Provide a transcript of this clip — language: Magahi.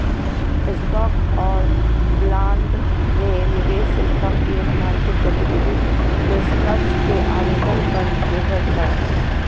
स्टॉक और बॉन्ड में निवेश स्टॉक मार्केट गतिविधि निष्कर्ष के आवेदन पर निर्भर करो हइ